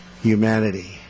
humanity